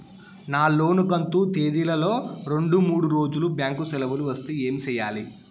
నా లోను కంతు తేదీల లో రెండు మూడు రోజులు బ్యాంకు సెలవులు వస్తే ఏమి సెయ్యాలి?